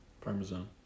Parmesan